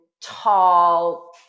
tall